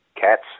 cats